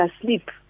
asleep